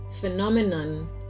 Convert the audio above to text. phenomenon